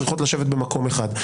צריכות לשבת במקום אחד.